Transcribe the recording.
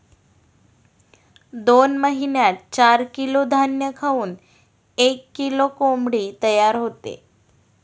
दोन महिन्यात चार किलो धान्य खाऊन एक किलो कोंबडी तयार होते